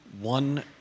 one